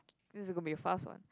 this is going to be a fast one